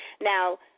Now